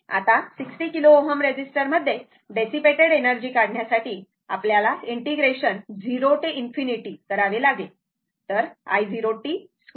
आता 60 किलो Ω रेझिस्टरमध्ये dissipated energy काढण्यासाठी आपल्याला इंटिग्रेशन 0 ते ∞ करावे लागेल तर i0t2 ✕ R असे आहे